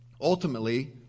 ultimately